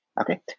okay